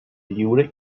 lliure